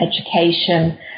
education